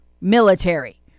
military